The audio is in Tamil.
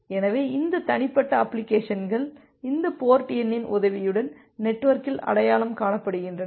எனவே இந்த தனிப்பட்ட அப்ளிகேஷன்கள் இந்த போர்ட் எண்ணின் உதவியுடன் நெட்வொர்க்கில் அடையாளம் காணப்படுகின்றன